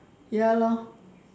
ya lor